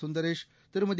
Sundaresh Thirumathi